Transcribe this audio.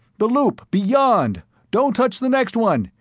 the loop beyond don't touch the next one!